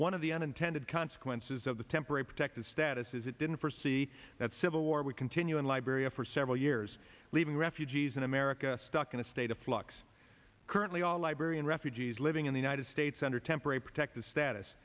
one of the unintended consequences of the temporary protected status is it didn't forsee that civil war we continue in liberia for several years leaving refugees in america stuck in a state of flux currently all librarian refugees living in the united states under temporary protective status